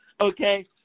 okay